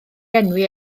enwi